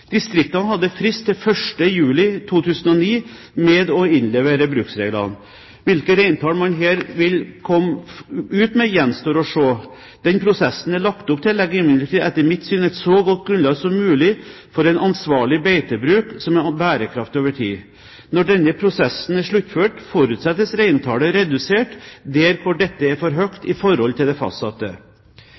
Distriktene hadde frist til 1. juli 2009 med å innlevere bruksreglene. Hvilke reintall man her vil komme ut med, gjenstår å se. Den prosessen det er lagt opp til, legger imidlertid etter mitt syn et så godt grunnlag som mulig for en ansvarlig beitebruk som er bærekraftig over tid. Når denne prosessen er sluttført, forutsettes reintallet redusert der dette er for høyt i forhold til det fastsatte.